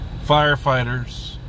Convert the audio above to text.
firefighters